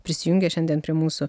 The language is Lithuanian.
prisijungė šiandien prie mūsų